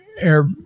air